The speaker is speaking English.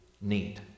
need